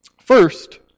First